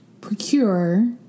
procure